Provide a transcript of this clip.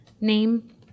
Name